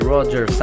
Roger